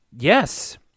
Yes